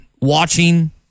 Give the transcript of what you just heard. watching